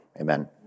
Amen